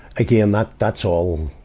again, that, that's all,